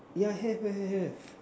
yeah have have have have